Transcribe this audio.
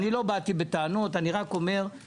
הוא לא מחייב את משרדי הממשלה הוא מחייב